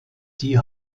die